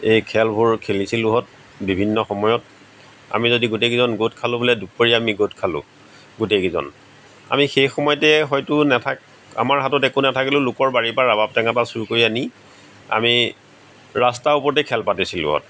এই খেলবোৰ খেলিছিলোহঁত বিভিন্ন সময়ত আমি যদি গোটেই কেইজন গোট খালো বোলে দুপৰীয়া আমি গোট খালো গোটেই কেইজন আমি সেই সময়তে হয়তো নাথাক আমাৰ হাতত একো নাথাকিলেও লোকৰ বাৰীৰ পা ৰবাব টেঙা এটা চুৰ কৰি আনি আমি ৰাস্তাৰ ওপৰতেই খেল পাতিছিলো